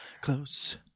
Close